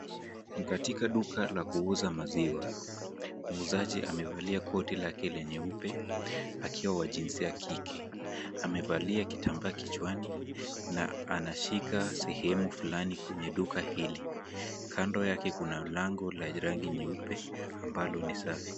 Ni katika duka la kuuza maziwa. Muuzaji amevalia koti lake la nyeupe, akiwa wa jinsia ya kike. Amevalia kitambaa kichwani na anashika sehemu fulani kwenye duka hili. Kando yake kuna lango la rangi nyeupe ambalo ni safi.